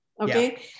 Okay